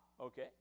Okay